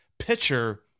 Pitcher